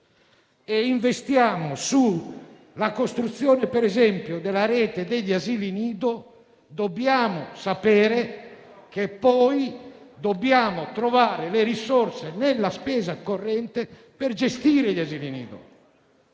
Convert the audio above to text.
di fare, sulla costruzione - per esempio - della rete degli asili nido, dobbiamo sapere che poi dobbiamo trovare le risorse nella spesa corrente per gestire gli asili nido.